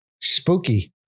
Spooky